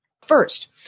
First